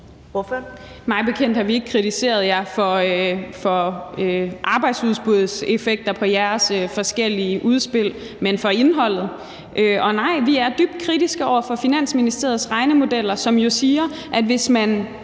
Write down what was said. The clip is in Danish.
Mig bekendt har vi ikke kritiseret jer for arbejdsudbudseffekter på jeres forskellige udspil, men for indholdet. Og nej, vi er dybt kritiske over for Finansministeriets regnemodeller, som jo siger, at hvis man